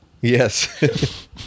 Yes